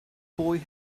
boy